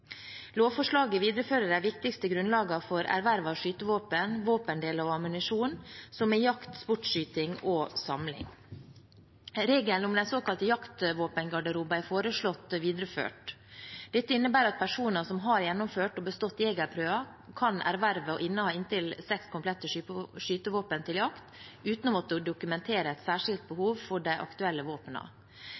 Lovforslaget viderefører de viktigste grunnlagene for erverv av skytevåpen, våpendeler og ammunisjon, som er jakt, sportsskyting og samling. Regelen om den såkalte jaktvåpengarderoben er foreslått videreført. Dette innebærer at personer som har gjennomført og bestått jegerprøven, kan erverve og inneha inntil seks komplette skytevåpen til jakt uten å måtte dokumentere et særskilt behov for de aktuelle